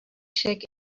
check